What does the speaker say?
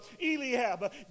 Eliab